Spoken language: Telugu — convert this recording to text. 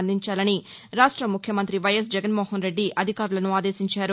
అందించాలని రాష్ట్ర ముఖ్యమంత్రి వైఎస్ జగన్మోహన్ రెడ్డి అధికారులను ఆదేశించారు